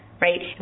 Right